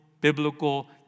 biblical